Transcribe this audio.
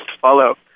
follow